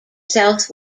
south